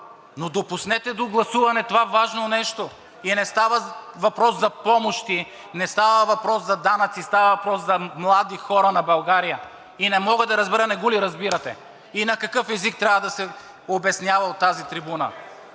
но допуснете до гласуване това важно нещо. И не става въпрос за помощи, не става въпрос за данъци, става въпрос за младите хора на България, и не мога да разбера не го ли разбирате и на какъв език трябва да се обяснява от тази трибуна.